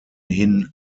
hin